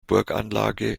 burganlage